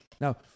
Now